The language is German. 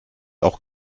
auch